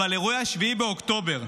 אבל אירועי 7 באוקטובר,